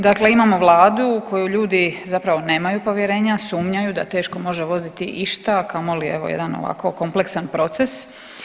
Dakle, imamo vladu u koju ljudi zapravo nemaju povjerenja, sumnjaju da teško može voditi išta, a kamoli evo jedan ovako kompleksan proces.